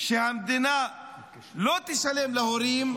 שהמדינה לא תשלם להורים,